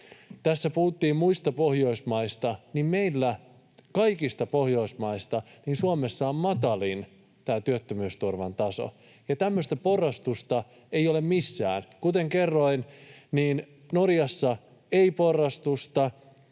tässä puhuttiin muista Pohjoismaista, niin meillä Suomessa on kaikista Pohjoismaista matalin tämä työttömyysturvan taso ja tämmöistä porrastusta ei ole missään. Kuten kerroin, niin Norjassa ei porrastusta,